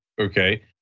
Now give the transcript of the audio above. Okay